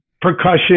percussion